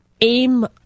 aim